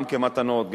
גם כמתנות,